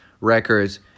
records